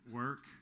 work